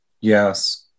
Yes